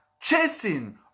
chasing